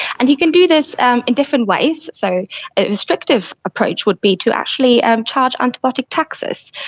and you can do this in different ways. so a restrictive approach would be to actually um charge antibiotic taxes.